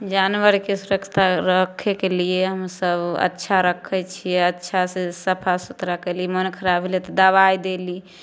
जानबरके सुरक्षा रक्खेके लिए हमसब अच्छा रक्खे छियै अच्छा से सफा सुथरा केली मोन खराब होलै तऽ दबाइ देली